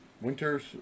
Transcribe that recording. Winters